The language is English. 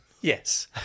Yes